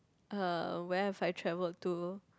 uh where have I travelled to